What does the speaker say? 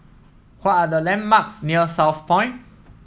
what are the landmarks near Southpoint